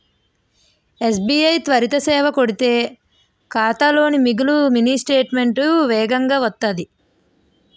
SBI త్వరిత సేవ కొడితే ఖాతాలో ఉన్న మిగులు మినీ స్టేట్మెంటు వేగంగా వత్తాది